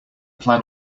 plan